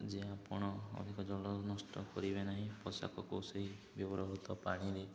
ଯେ ଆପଣ ଅଧିକ ଜଳ ନଷ୍ଟ କରିବେ ନାହିଁ ପୋଷାକ କେଉଁ ସେଇ ବ୍ୟବହୃତ ପାଣିରେ